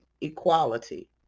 equality